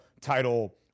title